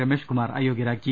Rameshkumar അയോഗൃരാക്കി